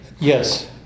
Yes